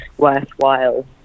Worthwhile